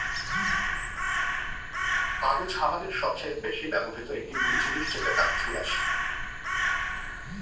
কাগজ হামাদের সবচেয়ে বেশি ব্যবহৃত একটি মুল জিনিস যেটা কাঠ থুই আসি